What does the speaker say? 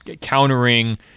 countering